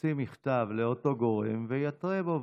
יוציא מכתב לאותו גורם ויתרה בו.